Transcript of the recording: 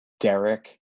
Derek